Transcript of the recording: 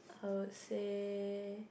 I would say